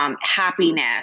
Happiness